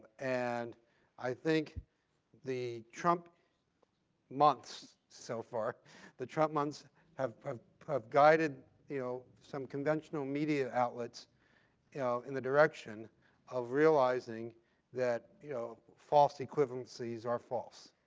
and i think the trump months so far the trump months have ah guided you know some conventional media outlets you know in the direction of realizing that you know false equivalencies are false.